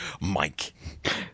Mike